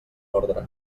ordre